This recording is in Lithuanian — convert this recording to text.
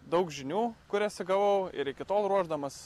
daug žinių kurias įgavau ir iki tol ruošdamas